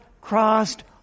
crossed